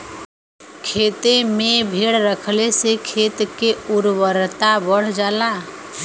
खेते में भेड़ रखले से खेत के उर्वरता बढ़ जाला